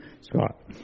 Scott